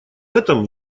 этом